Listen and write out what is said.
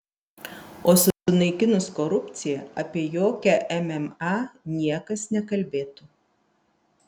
o sunaikinus korupciją apie jokią mma niekas nekalbėtų